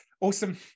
awesome